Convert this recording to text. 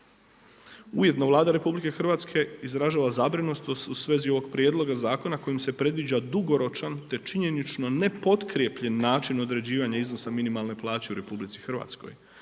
Ujedno Vlada RH izražava zabrinutost u svezi ovog prijedloga zakona kojim se predviđa dugoročan te činjenično nepotkrijepljen način određivanja iznosa minimalne plaće u RH. Također